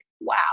wow